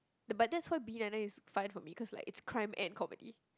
eh but that's why B nine nine is fun for me cause like it's crime and comedy